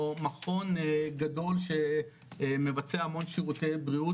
או מכון גדול שמבצע המון שרותי בריאות,